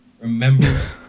remember